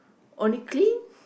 only clean